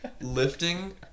lifting